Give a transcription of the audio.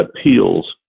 appeals